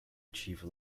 achieve